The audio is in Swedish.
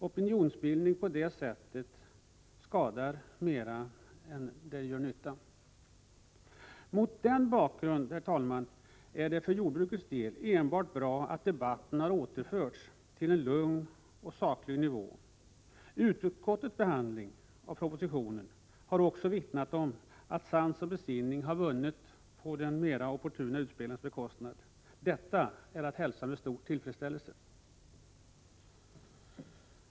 Opinionsbildning av den typen skadar mer än den gör nytta. Mot denna bakgrund är det, herr talman, för jordbrukets del enbart bra att debatten återförts till en lugn och saklig nivå. Utskottets behandling av propositionen har också vittnat om att sans och besinning har vunnit på de mera opportuna utspelens bekostnad. Detta är att hälsa med stor tillfredsställelse.